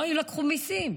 לא יילקחו מיסים.